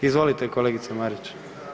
Izvolite kolegice Marić.